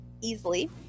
Easily